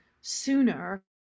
sooner